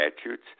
statutes